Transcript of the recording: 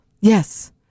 Yes